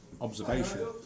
observation